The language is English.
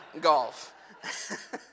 golf